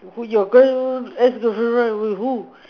with your girl ex-girlfriend run away with who